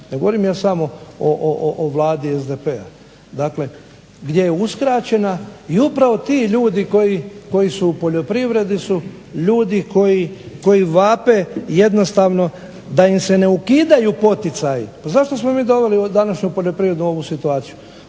ne govorim ja samo o Vladi SDP-a. Dakle, gdje je uskraćena i upravo ti ljudi koji su u poljoprivredi su ljudi koji vape jednostavno da im se ne ukidaju poticaji. Pa zašto smo mi doveli današnju poljoprivredu u ovu situaciju?